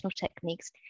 techniques